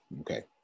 okay